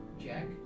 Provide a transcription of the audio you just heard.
Jack